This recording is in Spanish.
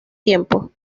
tiempo